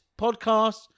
podcast